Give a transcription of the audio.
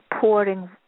pouring